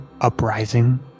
uprising